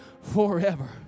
forever